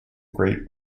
great